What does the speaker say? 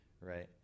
right